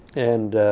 and